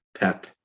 Pep